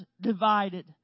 divided